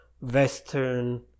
Western